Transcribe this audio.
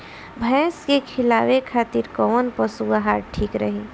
भैंस के खिलावे खातिर कोवन पशु आहार ठीक रही?